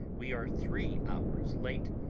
we are three hours late,